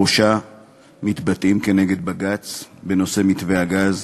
ראשה מתבטאים נגד בג"ץ בנושא מתווה הגז,